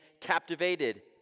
captivated